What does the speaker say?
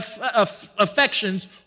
affections